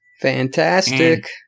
Fantastic